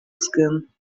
skin